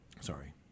Sorry